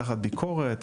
תחת ביקורת,